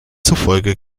zufolge